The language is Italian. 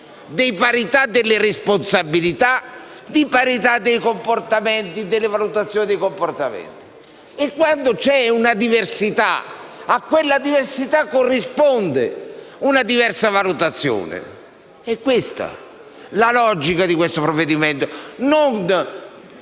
di parità delle responsabilità, di parità nella valutazione dei comportamenti. Quando c'è una diversità, a quella diversità corrisponde una diversa valutazione. Questa è la logica di questo provvedimento,